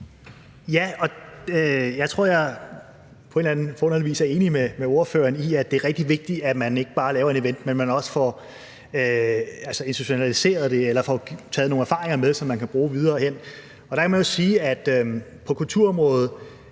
forunderlig vis er enig med ordføreren i, at det er rigtig vigtigt, at man ikke bare laver en event, men at man også får institutionaliseret det eller får taget nogle erfaringer med, som man kan bruge videre hen. Der kan man sige, at på kulturområdet